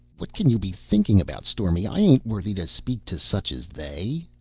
what can you be thinking about, stormy? i ain't worthy to speak to such as they.